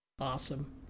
Awesome